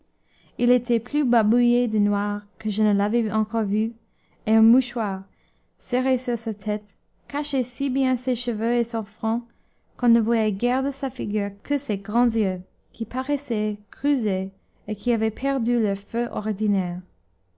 il était plus barbouillé de noir que je ne l'avais encore vu et un mouchoir serré sur sa tête cachait si bien ses cheveux et son front qu'on ne voyait guère de sa figure que ses grands yeux qui paraissaient creusés et qui avaient perdu leur feu ordinaire